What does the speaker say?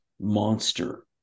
monster